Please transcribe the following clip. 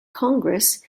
congress